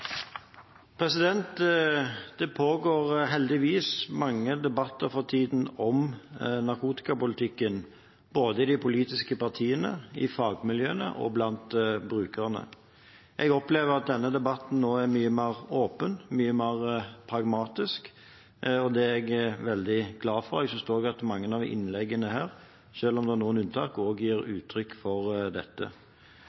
Det pågår heldigvis mange debatter for tiden om narkotikapolitikken, både i de politiske partiene, i fagmiljøene og blant brukerne. Jeg opplever at denne debatten nå er mye mer åpen, mye mer pragmatisk, og det er jeg veldig glad for. Jeg synes at mange av innleggene her – selv om det er noen unntak – også gir